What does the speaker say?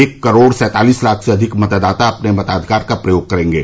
एक करोड़ सँतालीस लाख से अधिक मतदाता अपने मताधिकार का प्रयोग करेंगे